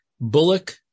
Bullock